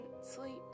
sleep